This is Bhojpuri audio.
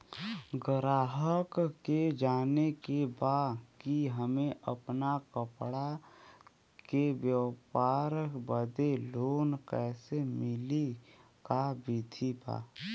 गराहक के जाने के बा कि हमे अपना कपड़ा के व्यापार बदे लोन कैसे मिली का विधि बा?